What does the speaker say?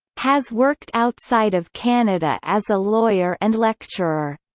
has worked outside of canada as a lawyer and lecturer.